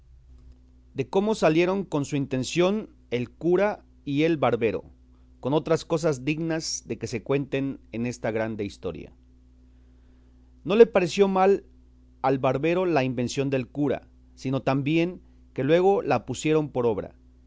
de cómo salieron con su intención el cura y el barbero con otras cosas dignas de que se cuenten en esta grande historia no le pareció mal al barbero la invención del cura sino tan bien que luego la pusieron por obra